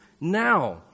now